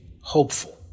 hopeful